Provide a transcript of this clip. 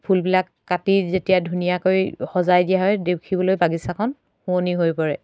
ফুলবিলাক কাটি যেতিয়া ধুনীয়াকৈ সজাই দিয়া হয় দেখিবলৈ বাগিচাখন শুৱনি হৈ পৰে